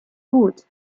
gut